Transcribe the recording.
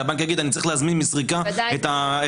כי הבנק יגיד שהוא צריך להזמין מסריקה את הפוליסה.